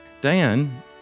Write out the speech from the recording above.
Diane